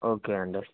okay అండి